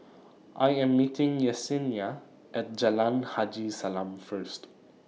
I Am meeting Yesenia At Jalan Haji Salam First